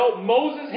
Moses